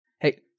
Hey